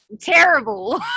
terrible